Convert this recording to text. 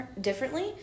differently